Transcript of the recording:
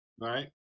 right